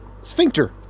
Sphincter